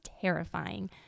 terrifying